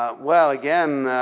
ah well again,